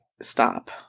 stop